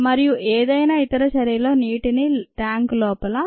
మరియు ఏదైనా ఇతర చర్యలో నీటిని ట్యాంకు లోపల సెకనుకు 0